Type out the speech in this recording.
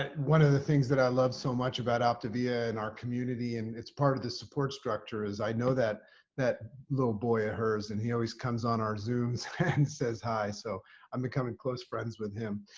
ah one of the things that i love so much about optavia and our community and it's part of the support structure is i know that that little boy boy of hers and he always comes on our zoom's and says hi so i'm becoming close friends with him.